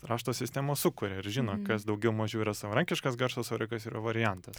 rašto sistemą sukuria ir žino kas daugiau mažiau yra savarankiškas garsas o ri kas yra variantas